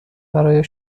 برای